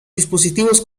dispositivos